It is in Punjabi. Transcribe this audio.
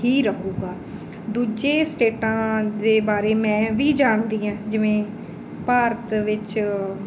ਹੀ ਰਹੇਗਾ ਦੂਜੇ ਸਟੇਟਾਂ ਦੇ ਬਾਰੇ ਮੈਂ ਵੀ ਜਾਣਦੀ ਹਾਂ ਜਿਵੇਂ ਭਾਰਤ ਵਿੱਚ